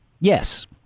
Yes